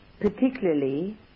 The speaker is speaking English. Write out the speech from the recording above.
particularly